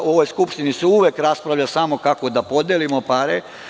U ovoj Skupštini se uvek raspravlja samo kako da podelimo pare.